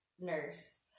nurse